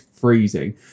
freezing